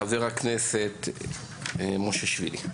חבר הכנסת מושיאשוילי.